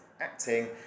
acting